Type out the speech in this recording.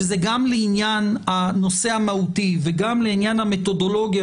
שזה גם לעניין הנושא המהותי וגם לעניין המתודולוגיה